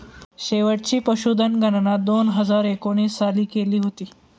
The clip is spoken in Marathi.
शेवटची पशुधन गणना दोन हजार एकोणीस साली केली होती